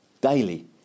daily